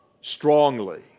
strongly